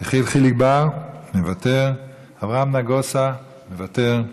יחיאל חיליק בר, מוותר, אברהם נגוסה, מוותר,